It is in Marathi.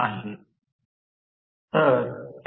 f P ns त्याऐवजी f P ns विभाजित 120 आहे